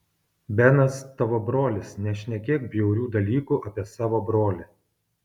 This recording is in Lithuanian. benas tavo brolis nešnekėk bjaurių dalykų apie savo brolį